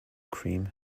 cream